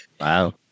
wow